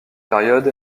période